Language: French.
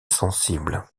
sensible